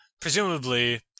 presumably